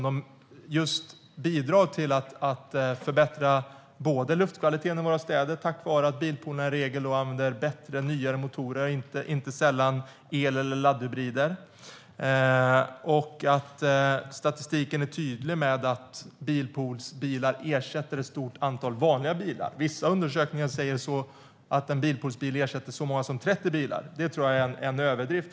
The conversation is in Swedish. De bidrar till att förbättra luftkvaliteten i våra städer tack vare att bilpoolerna i regel använder bättre och nyare motorer och inte sällan el eller laddhybrider. Statistiken är tydlig med att bilpoolsbilar ersätter ett stort antal vanliga bilar. Vissa undersökningar säger att en bilpoolsbil ersätter så många som 30 bilar. Det tror jag är en överdrift.